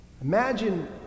imagine